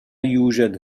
يوجد